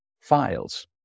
files